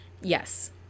Yes